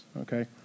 okay